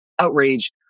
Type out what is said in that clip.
outrage